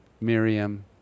Miriam